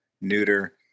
neuter